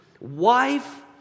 Wife